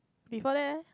before that eh